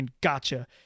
gotcha